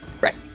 Right